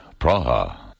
Praha